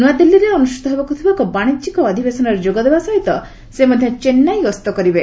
ନୂଆଦିଲ୍ଲୀରେ ଅନୁଷ୍ଠିତ ହେବାକୁ ଥିବା ଏକ ବାଣିଜ୍ୟିକ ଅଧିବେଶନରେ ଯୋଗଦେବା ସହିତ ସେ ମଧ୍ୟ ଚେନ୍ନାଇ ଗସ୍ତ କରିବେ